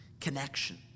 connection